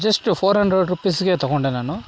just four hundred ರುಪೀಸ್ಗೆ ತಗೊಂಡೆ ನಾನು